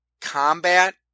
combat